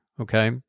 okay